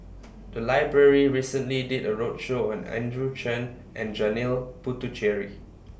The Library recently did A roadshow on Andrew Chew and Janil Puthucheary